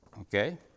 Okay